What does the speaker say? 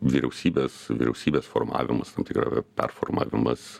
vyriausybės vyriausybės formavimas tam tikrą performavimas